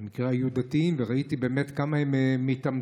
שבמקרה היו דתיים, וראיתי כמה הם מתאמצים,